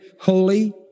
holy